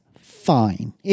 fine